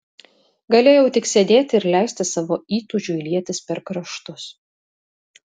galėjau tik sėdėti ir leisti savo įtūžiui lietis per kraštus